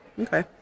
Okay